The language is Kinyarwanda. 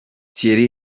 thierry